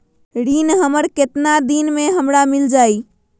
ऋण हमर केतना दिन मे हमरा मील जाई?